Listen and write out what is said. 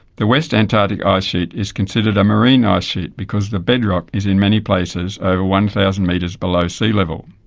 the west antarctic ice sheet is considered a marine ice sheet because the bedrock is in many places over one thousand metres below sea level.